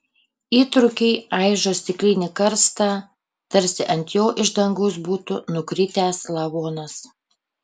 įtrūkiai aižo stiklinį karstą tarsi ant jo iš dangaus būtų nukritęs lavonas